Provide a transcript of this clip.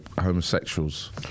homosexuals